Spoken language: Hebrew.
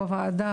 בוועדה,